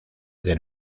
del